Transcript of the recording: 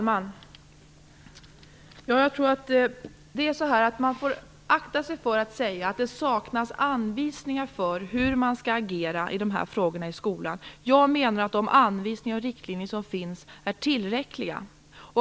Fru talman! Jag tror att vi skall akta oss för att säga att det saknas anvisningar för hur man i skolan skall agera i de här frågorna. Jag menar att de anvisningar och riktlinjer som finns är tillräckliga.